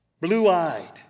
blue-eyed